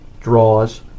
draws